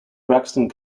braxton